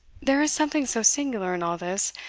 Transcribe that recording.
there is something so singular in all this,